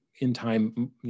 in-time